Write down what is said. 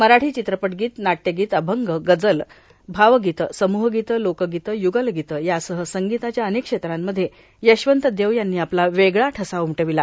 मराठी चित्रपटगीत नाट्यगीत अभंग गजल भावगीत सम्हगीत लोकगीतं य्गलगीतं यासह संगीताच्या अनेक क्षेत्रांमध्ये यशवंत देव यांनी आपला वेगळा ठसा उमटविला